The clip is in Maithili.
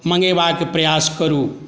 मँगेबाक प्रयास करू